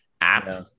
app